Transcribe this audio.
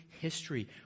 history